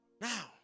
Now